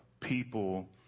people